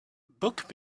book